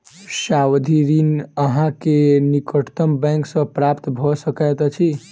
सावधि ऋण अहाँ के निकटतम बैंक सॅ प्राप्त भ सकैत अछि